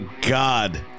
God